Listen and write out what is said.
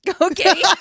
Okay